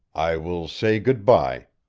i will say good-by,